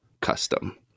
Custom